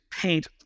paint